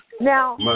Now